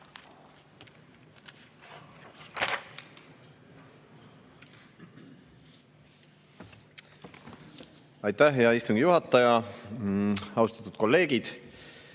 Aitäh, hea istungi juhataja! Austatud kolleegid!